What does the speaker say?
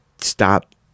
stop